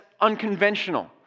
unconventional